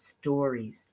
stories